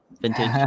vintage